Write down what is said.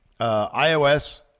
iOS